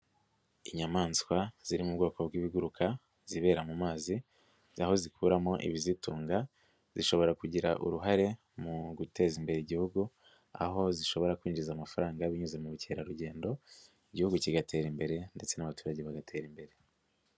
Inyamaswa ziri mu bwoko bw'ibiguruka, zibera mu mazi, aho zikuramo ibizitunga, zishobora kugira uruhare mu guteza imbere igihugu, aho zishobora kwinjiza amafaranga binyuze mu bukerarugendo, igihugu kigatera imbere ndetse n'abaturage bagatera imbere.